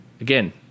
again